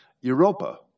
Europa